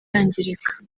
yangirika